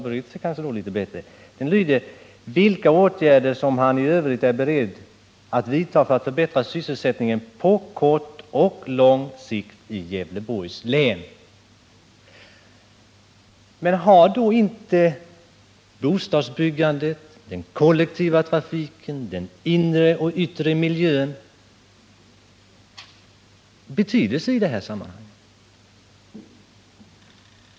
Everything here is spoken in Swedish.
Ja, den är kortfattad i motiveringarna, men det finns en fråga som täcker mycket och som Rolf Wirtén borde ha tänkt på, så att han kanske varit litet bättre förberedd. Frågan lyder: Men har då inte bostadsbyggandet, den kollektiva trafiken, den inre och yttre miljön betydelse i det här sammanhanget?